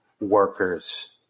workers